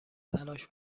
تلاش